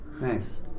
Nice